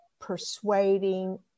persuading